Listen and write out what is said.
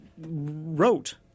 wrote